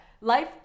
life